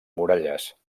muralles